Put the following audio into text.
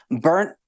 burnt